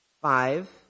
Five